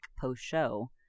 post-show